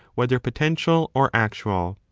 whether potential or actual.